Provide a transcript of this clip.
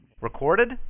Recorded